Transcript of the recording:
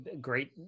great